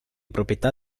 proprietà